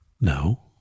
No